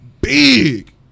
big